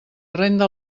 renda